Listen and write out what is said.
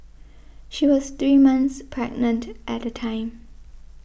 she was three months pregnant at the time